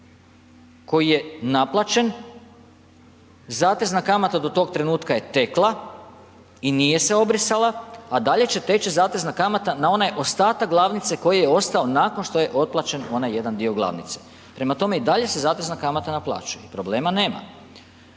koji je naplaćen, zatezna kamata do tog trenutka je tekla i nije se obrisala a dalje će teći zatezna kamata na onaj ostatak glavnice koji je ostao nakon što je otplaćen onaj jedan dio glavnice. Prema tome i dalje se zatezna kamata naplaćuje, problema nema.